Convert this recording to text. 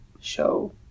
show